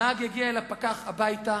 הנהג הגיע אל הפקח הביתה